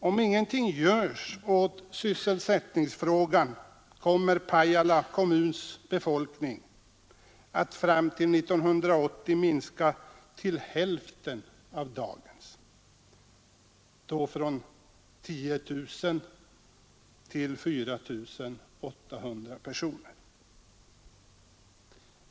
Om ingenting görs åt sysselsättningsfrågan kommer Pajala kommuns befolkning att fram till 1980 minska till hälften av dagens, från 10 000 till 4 800 personer.